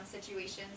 situations